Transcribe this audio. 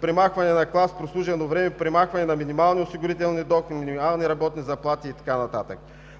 премахване на клас „прослужено време“, премахване на минимални осигурителни доходи, минимални работни заплати и така